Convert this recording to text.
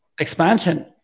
Expansion